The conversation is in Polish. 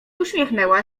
uśmiechnęła